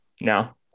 no